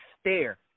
stare